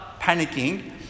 panicking